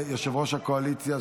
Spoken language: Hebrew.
המציעים?